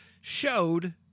showed